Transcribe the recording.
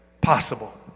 possible